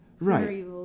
Right